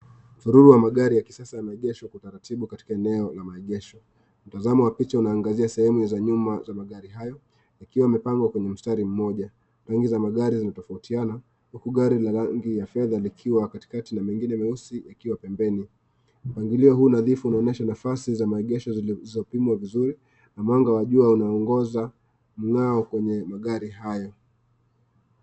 Msururu wa magari ya kisasa yameegeshwa kwa utaratibu katika eneo la maegesho. Mtazamo wa picha unaangazia sehemu za nyuma za magari hayo, yakiwa yamepangwa kwenye mstari mmoja. Rangi za magari zinatofautiana, huku gari la rangi ya fedha likiwa katikati na mengine meusi yakiwa pembeni. Upangilio huu nadhifu unaonyesha nafasi za maegesho zilizopimwa vizuri, na mwanga wa jua unaongoza mng'ao kwenye magari hayo.